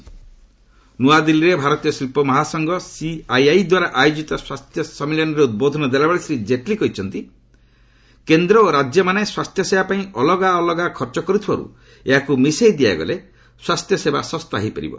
ନ୍ନଆଦିଲ୍ଲୀରେ ଭାରତୀୟ ଶିଳ୍ପ ମହାସଂଘ ସିଆଇଆଇଦ୍ୱାରା ଆୟୋଜିତ ସ୍ୱାସ୍ଥ୍ୟ ସମ୍ମିଳନୀରେ ଉଦ୍ବୋଧନ ଦେଲାବେଳେ ଶ୍ରୀ ଜେଟ୍ଲୀ କହିଛନ୍ତି କେନ୍ଦ୍ର ଓ ରାଜ୍ୟମାନେ ସ୍ୱାସ୍ଥ୍ୟସେବାପାଇଁ ଅଲଗା ଅଲଗା ଖର୍ଚ୍ଚ କରୁଥିବାରୁ ଏହାକୁ ମିଶାଇ ଦିଆଗଲେ ସ୍ୱାସ୍ଥ୍ୟସେବା ଶସ୍ତା ହୋଇପାରିବ